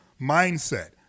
mindset